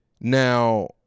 Now